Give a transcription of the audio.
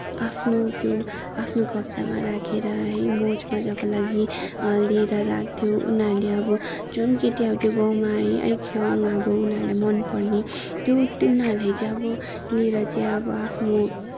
आफ्नो त्यो आफ्नो कब्जामा राखेर है मौजमजाको लागि लिएर राख्थ्यो उनीहरूले अब जुन केटी आउँथ्यो गाउँमा है अलिक यङ अब उनीहरूलाई मनपर्ने त्यो त्यो उनीहरूले चाहिँ अब लिएर चाहिँ अब आफ्नो